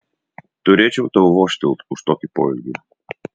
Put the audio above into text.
turėčiau tau vožtelt už tokį poelgį